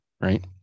right